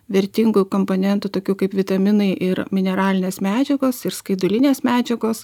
vertingų komponentų tokių kaip vitaminai ir mineralinės medžiagos ir skaidulinės medžiagos